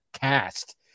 cast